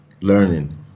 Learning